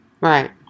Right